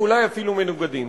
ואולי אפילו מנוגדים.